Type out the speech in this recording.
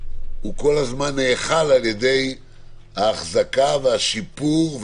הוא כל הזמן נאכל על ידי האחזקה והשיפור,